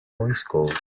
voicecode